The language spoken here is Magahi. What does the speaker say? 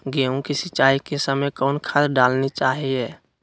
गेंहू के सिंचाई के समय कौन खाद डालनी चाइये?